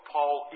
Paul